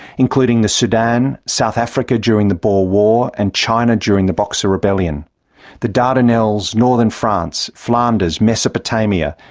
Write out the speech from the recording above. including the sudan, south africa during the boer war, and china during the boxer rebellion the dardanelles, northern france, flanders, mesopotamia,